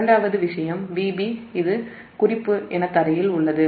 இரண்டாவது விஷயம் Vb இது குறிப்பு என க்ரவுன்ட்ல் உள்ளது